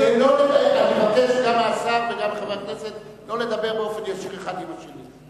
אני מבקש גם מהשר וגם מחבר הכנסת לא לדבר באופן ישיר האחד עם השני.